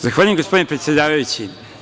Zahvaljujem, gospodine predsedavajući.